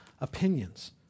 opinions